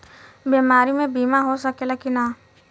बीमारी मे बीमा हो सकेला कि ना?